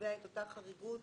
קובע את אותה חריגות